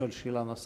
לשאול שאלה נוספת.